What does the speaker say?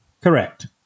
Correct